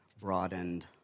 broadened